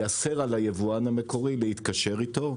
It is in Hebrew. ייאסר על היבואן המקורי להתקשר איתו.